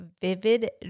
vivid